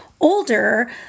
older